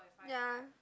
ya